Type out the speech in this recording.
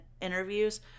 interviews